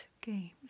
games